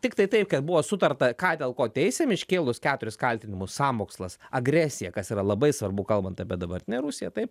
tiktai taip kad buvo sutarta kad dėl ko teisiam iškėlus keturis kaltinimus sąmokslas agresija kas yra labai svarbu kalbant apie dabartinę rusiją taip